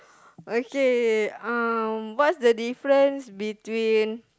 okay um what's the difference between